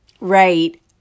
Right